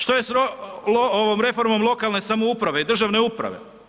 Što je sa reformom lokalne samouprave i državne uprave?